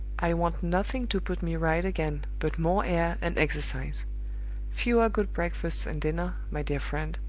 i want nothing to put me right again but more air and exercise fewer good breakfasts and dinners, my dear friend,